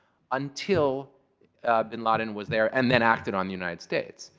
until bin laden was there and then acted on the united states.